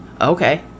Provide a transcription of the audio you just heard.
okay